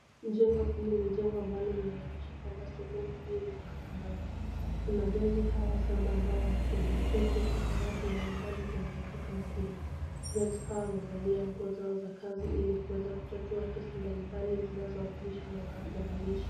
Jengo hili ni jengo ambalo linaonyesha sehemu hii ni mahakamani. Kuna majaji saba ambao wanashughulikia kesi za watu mbalimbali kwenye mahakama hii. Majaji hao wamevalia nguo zao za kazi ilikuweza kutatua kesi mbalimbali zinazowakilishwa na walalamishi.